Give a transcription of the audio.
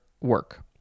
work